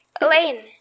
Elaine